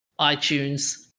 iTunes